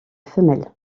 femelles